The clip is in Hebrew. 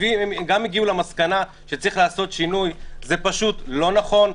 הגיעו למסקנה שצריך לעשות שינוי זה פשוט לא נכון,